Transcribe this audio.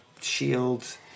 shield